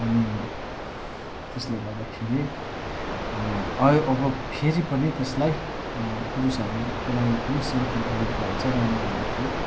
अनि त्यसले गर्दाखेरि अयो अब फेरि पनि त्यसलाई पुरुषहरूको लागि पनि सेल्फ हेल्प ग्रुप भए चाहिँ राम्रो हुने थियो